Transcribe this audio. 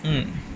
mm